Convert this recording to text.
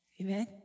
Amen